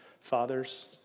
Fathers